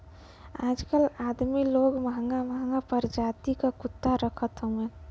आजकल अदमी लोग महंगा महंगा परजाति क कुत्ता रखत हउवन